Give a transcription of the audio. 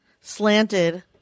slanted